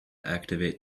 activate